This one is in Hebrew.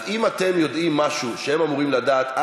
אז אם אתם יודעים משהו שהם אמורים לדעת,